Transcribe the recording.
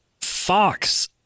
Fox